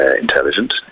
intelligent